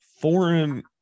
foreign